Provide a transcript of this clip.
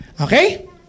Okay